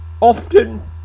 Often